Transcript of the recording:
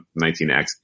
19x